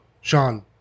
Sean